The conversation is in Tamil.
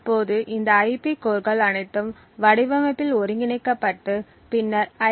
இப்போது இந்த ஐபி கோர்கள் அனைத்தும் வடிவமைப்பில் ஒருங்கிணைக்கப்பட்டு பின்னர் ஐ